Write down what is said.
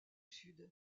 sud